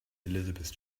elizabeth